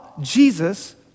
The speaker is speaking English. Jesus